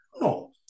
no